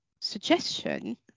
suggestion